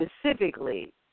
specifically